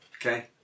Okay